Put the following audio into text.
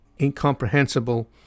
incomprehensible